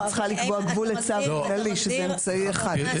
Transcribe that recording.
אני צריכה לקבוע גבול לצו מינהלי, שזהו אמצעי אחד.